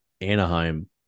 Anaheim